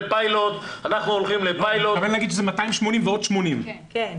אתה מתכוון להגיד שזה 280 ועוד 80. כן.